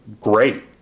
great